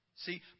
See